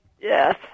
Yes